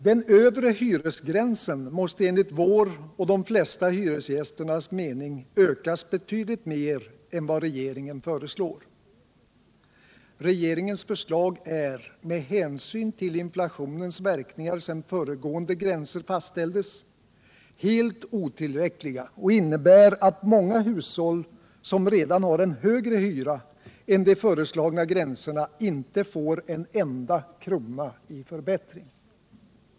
Den övre hyresgränsen måste enligt vår och de flesta hyresgästernas mening ökas betydligt mera än vad regeringen föreslår. Regeringens förslag är, med hänsyn till inflationens verkningar sedan föregående gränser fastställdes, helt otillräckligt och innebär att många hushåll, som redan har en högre hyra än de föreslagna gränserna, inte får en enda krona i förbättring.